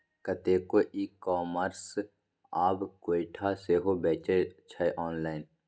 कतेको e commerce आब गोयठा सेहो बेचै छै आँनलाइन